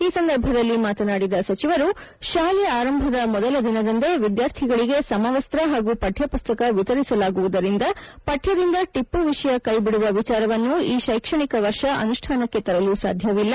ಈ ಸಂದರ್ಭದಲ್ಲಿ ಮಾತನಾಡಿದ ಸಚಿವರು ಶಾಲೆ ಆರಂಭದ ಮೊದಲ ದಿನದಂದೇ ವಿದ್ಯಾರ್ಥಿಗಳಿಗೆ ಸಮವಸ್ತ ಹಾಗೂ ಪಠ್ಯಪುಸ್ತಕ ವಿತರಿಸಲಾಗುವುದರಿಂದ ಪಠ್ಯದಿಂದ ಟಿಪ್ಪು ವಿಷಯ ಕೈಬಿಡುವ ವಿಚಾರವನ್ನು ಈ ತೈಕ್ಷಣಿಕ ವರ್ಷ ಅನುಷ್ಠಾನಕ್ಕೆ ತರಲು ಸಾಧ್ಯವಿಲ್ಲ